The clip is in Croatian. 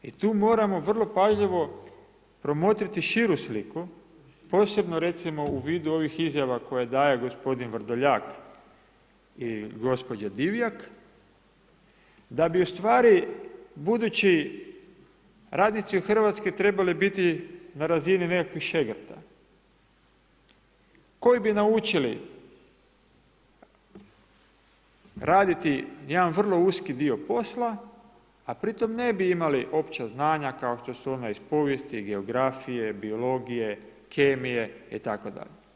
I tu moramo vrlo pažljivo promotriti širu sliku, posebno recimo u vidu ovih izjava, koje daje gospodin Vrdoljak i gospođa Divjak, da bi u stvari, budući radnici u Hrvatskoj trebale biti na razini nekakvih Šegrta, koji bi naučili raditi jedan vrlo uski dio posla a pri tome ne bi imali opća znanja kao što su ona iz povijesti, geografije, biologije, kemije itd.